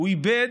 הוא איבד.